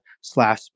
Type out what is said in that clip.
slash